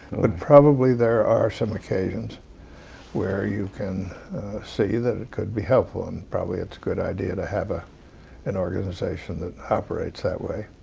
but probably there are some occasions where you can see that it could be helpful and probably it's a good idea to have ah an organization that operates that way.